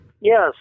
Yes